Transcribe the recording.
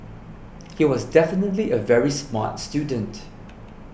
he was definitely a very smart student